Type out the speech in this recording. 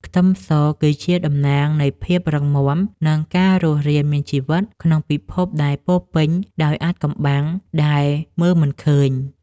ខ្ទឹមសគឺជាតំណាងនៃភាពរឹងមាំនិងការរស់រានមានជីវិតក្នុងពិភពដែលពោរពេញដោយអាថ៌កំបាំងដែលមើលមិនឃើញ។